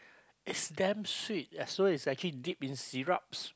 it's damn sweet as so it's actually dipped in syrups